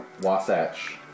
Wasatch